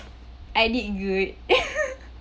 I did good